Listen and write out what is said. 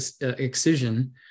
excision